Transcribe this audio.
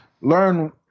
Learn